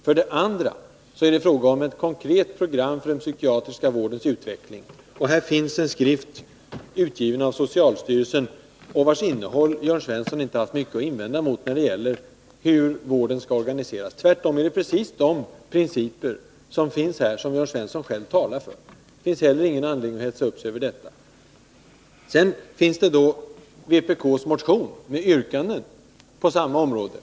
För det andra är det fråga om ett program för den psykiatriska vårdens utveckling. På den punkten finns det en skrift, utgiven av socialstyrelsen, vars innehåll i fråga om vårdens organisation Jörn Svensson inte haft mycket att invända mot. Tvärtom är de principer som där förespråkas desamma som de Jörn Svensson själv talar för. Inte heller på den punkten finns det någon anledning att hetsa upp sig. I vpk:s motion finns ett antal yrkanden på samma område.